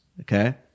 Okay